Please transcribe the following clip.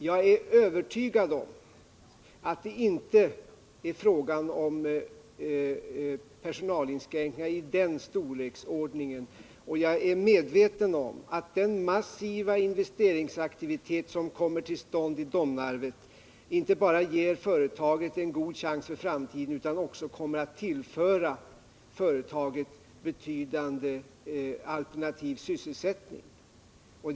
Jag är övertygad om att det inte är fråga om personalinskränkningar i den storleksordningen. Den massiva investeringsaktivitet som kommer till stånd i Domnarvet kommer inte bara att ge företaget en god chans för framtiden utan också att tillföra det betydande alternativ sysselsättning.